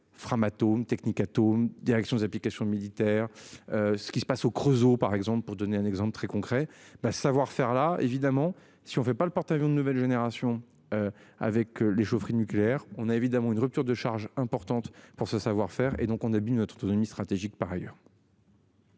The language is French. Framatome TechnicAtome Direction des applications militaires. Ce qui se passe au Creusot par exemple pour donner un exemple très concret. Bah, savoir faire là évidemment si on fait pas le porte-. Avions de nouvelle génération. Avec les chaufferies nucléaires on a évidemment une rupture de charge importante pour ce savoir-faire et donc on a bu notre autonomie stratégique par ailleurs.